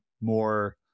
more